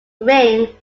ring